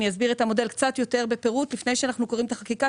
אני אסביר את המודל קצת יותר בפירוט לפני שאנחנו קוראים את החקיקה,